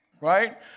right